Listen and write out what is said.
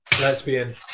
Lesbian